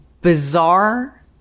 bizarre